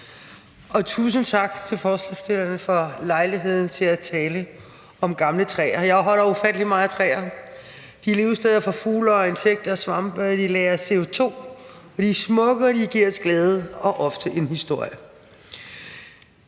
og tusind tak til forslagsstillerne for lejligheden til at tale om gamle træer, og jeg holder ufattelig meget af træer. De er levesteder for fugle og insekter og svampe, og de lagrer CO2, og de er smukke, og de giver os glæde og ofte en historie.